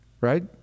right